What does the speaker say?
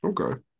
Okay